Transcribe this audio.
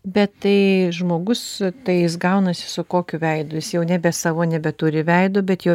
bet tai žmogus tai jis gaunasi su kokiu veidu jis jau nebe savo nebeturi veido bet jo